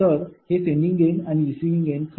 तर हे sending end आणि रिसिविंग एन्ड आहे